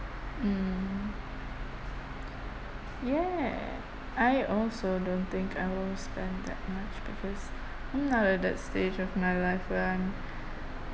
mm ya I also don't think I will spend that much because mm I'm that stage of my life where I'm